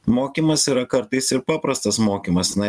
mokymas yra kartais ir paprastas mokymas na